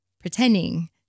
pretending